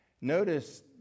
Notice